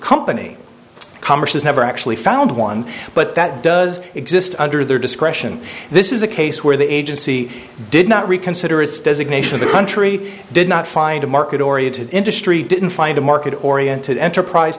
company converses never actually found one but that does exist under their discretion this is a case where the agency did not reconsider its designation the country did not find a market oriented industry didn't find a market oriented enterprise